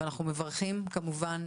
אנחנו מברכים כמובן.